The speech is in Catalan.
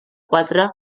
quatre